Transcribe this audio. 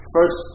First